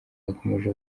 yakomeje